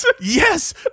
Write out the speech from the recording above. Yes